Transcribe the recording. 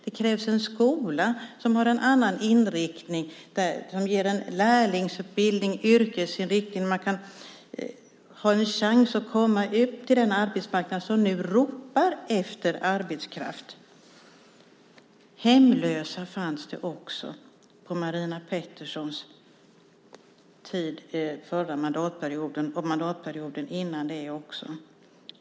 Det krävs en skola som har en annan inriktning och ger en lärlingsutbildning och yrkesinriktning så att människor har en chans att komma ut på den arbetsmarknad som nu ropar efter arbetskraft. Det fanns också hemlösa på Marina Petterssons tid under förra mandatperioden och också mandatperioden innan dess.